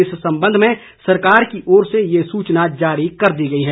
इस संबंध में सराकर की ओर से ये सूचना जारी कर दी गई है